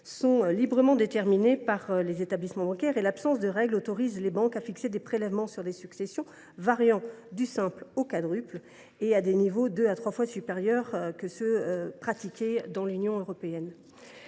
sont librement déterminées par les établissements bancaires et que l’absence de règles autorise les banques à fixer des prélèvements sur les successions variant du simple au quadruple et à des niveaux deux à trois fois supérieurs à ceux qu’on observe dans le reste de l’Union européenne.